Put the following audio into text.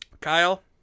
Kyle